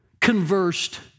conversed